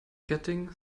getting